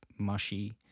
mushy